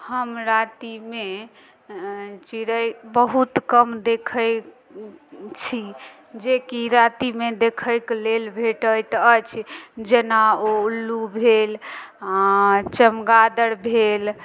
हम रातिमे चिड़य बहुत कम देखय छी जेकि रातिमे देखयके लेल भेटैत अछि जेना ओ उल्लू भेल चमगादड़ भेल